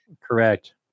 Correct